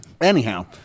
Anyhow